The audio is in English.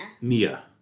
Mia